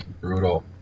brutal